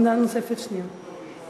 עמדה נוספת שנייה.